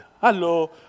Hello